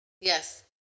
Yes